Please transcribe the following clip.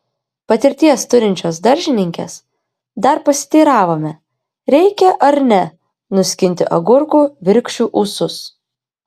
patirties turinčios daržininkės dar pasiteiravome reikia ar ne nuskinti agurkų virkščių ūsus